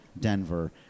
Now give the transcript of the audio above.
Denver